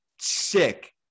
sick